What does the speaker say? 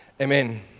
Amen